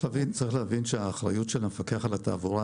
צריך להבין שהאחריות של המפקח על התעבורה